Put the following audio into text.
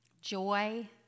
Joy